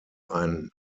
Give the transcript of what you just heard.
ein